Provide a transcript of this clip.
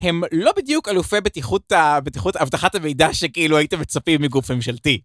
הם לא בדיוק אלופי בטיחות אבטחת המידע שכאילו היית מצפים מגוף ממשלתי.